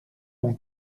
mon